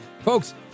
Folks